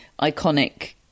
iconic